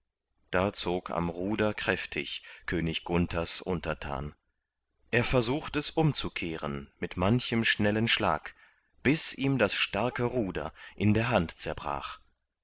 da zog am ruder kräftig könig gunthers untertan er versucht es umzukehren mit manchem schnellen schlag bis ihm das starke ruder in der hand zerbrach